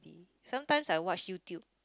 sometimes I watch YouTube